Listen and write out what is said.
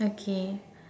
okay